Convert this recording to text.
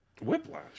Whiplash